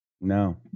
No